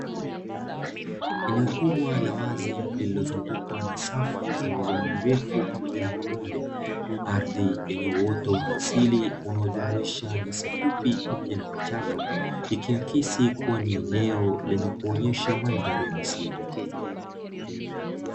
Eneo kubwa la wazi lililozungukwa na safu za milima mirefu pamoja na mabonde na ardhi yenye uoto wa asili unaojumuisha nyasi fupi pamoja na vichaka, ikiakisi kua ni eneo lenye kuonyesha madhari ya misitu.